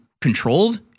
controlled